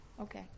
okay